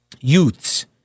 Youths